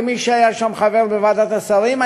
כמי שהיה שם חבר בוועדת השרים,